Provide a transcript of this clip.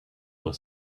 for